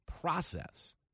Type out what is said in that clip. process